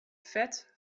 fet